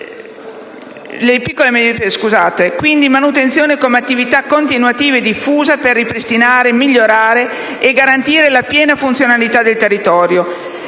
Quindi, manutenzione come attività continuativa e diffusa per ripristinare, migliorare e garantire la piena funzionalità del territorio.